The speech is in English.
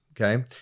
Okay